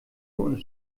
und